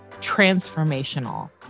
transformational